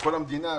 כל המדינה,